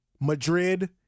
Madrid